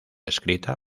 escrita